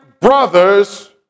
brothers